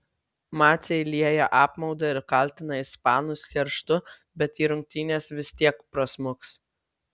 maciai lieja apmaudą ir kaltina ispanus kerštu bet į rungtynes vis tiek prasmuks